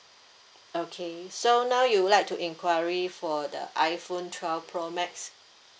okay so now you would like to enquiry for the iphone twelve pro max